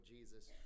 Jesus